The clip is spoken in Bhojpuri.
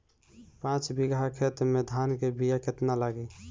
पाँच बिगहा खेत में धान के बिया केतना लागी?